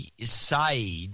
side